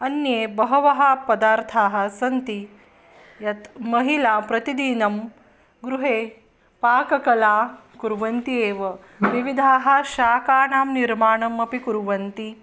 अन्ये बहवः पदार्थाः सन्ति यत् महिलाः प्रतिदिनं गृहे पाककला कुर्वन्ति एव विविधाः शाकानां निर्माणमपि कुर्वन्ति